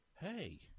hey